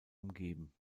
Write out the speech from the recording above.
umgeben